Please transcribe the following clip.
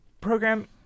program